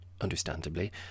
Understandably